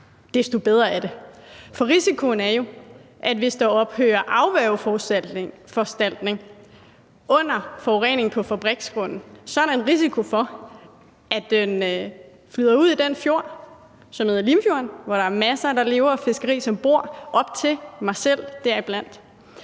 desto bedre er det. For hvis der ophører med at være afværgeforanstaltninger ved forurening på fabriksgrunden, så er der en risiko for, at den flyder ud i den fjord, som hedder Limfjorden – hvor der er masser, der lever af fiskeri, og som bor op til den, deriblandt